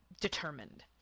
determined